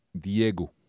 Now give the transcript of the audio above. Diego